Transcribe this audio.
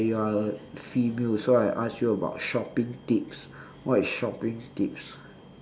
K you are a female so I ask you about shopping tips what is shopping tips